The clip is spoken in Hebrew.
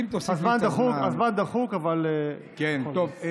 הזמן דחוק, אבל בכל זאת.